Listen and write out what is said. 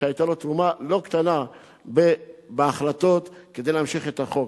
שהיתה לו תרומה לא קטנה בהחלטות כדי להמשיך את החוק.